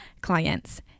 clients